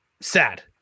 sad